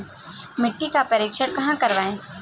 मिट्टी का परीक्षण कहाँ करवाएँ?